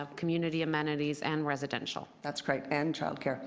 um community amenities, and residential. that's correct. and child care.